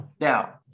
now